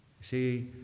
See